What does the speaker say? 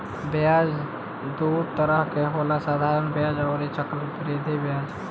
ब्याज दू तरह के होला साधारण ब्याज अउरी चक्रवृद्धि ब्याज